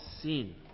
sin